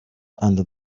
under